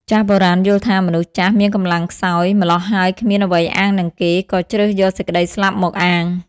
ចាស់បុរាណយល់ថា មនុស្សចាស់មានកម្លាំងខ្សោយ ម៉្លោះហើយគ្មានអ្វីអាងនឹងគេ ក៏ជ្រើសយកសេចក្ដីស្លាប់មកអាង ។